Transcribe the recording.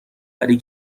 ولی